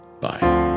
Bye